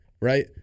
right